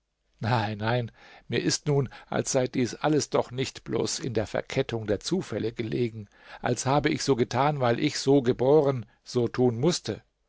nein nein mir ist nun als sei dies alles doch nicht bloß in der verkettung der zufälle gelegen als habe ich so getan weil ich so geboren so tun mußte